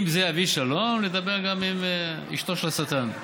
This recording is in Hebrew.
אם זה יביא שלום, לדבר גם עם אשתו של השטן.